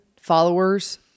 followers